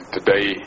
Today